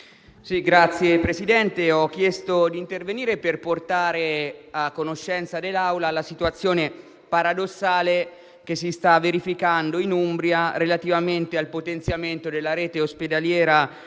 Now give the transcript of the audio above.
Signor Presidente, ho chiesto di intervenire per portare a conoscenza dell'Aula la situazione paradossale che si sta verificando in Umbria relativamente al potenziamento della rete ospedaliera per